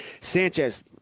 Sanchez